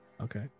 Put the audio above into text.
Okay